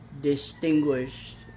distinguished